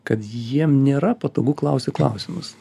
kad jiem nėra patogu klausti klausimus